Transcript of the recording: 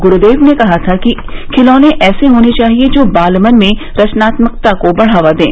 ग्रुदेव ने कहा था कि खिलौने ऐसे होने चाहिए जो बालमन में रचनात्मकता को बढ़ावा दें